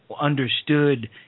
understood